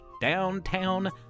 downtown